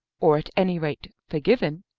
or at any rate forgiven,